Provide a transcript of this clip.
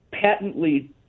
patently